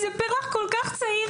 זה פרח צעיר,